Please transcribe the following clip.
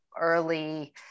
early